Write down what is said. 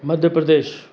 Madhya Pradesh